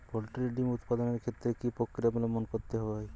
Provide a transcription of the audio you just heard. Poultry ডিম উৎপাদনের ক্ষেত্রে কি পক্রিয়া অবলম্বন করতে হয়?